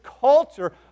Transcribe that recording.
culture